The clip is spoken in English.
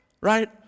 Right